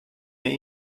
mehr